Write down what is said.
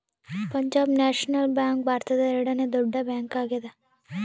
Punjab national bank ಭಾರತದ ಎರಡನೆ ದೊಡ್ಡ ಬ್ಯಾಂಕ್ ಆಗ್ಯಾದ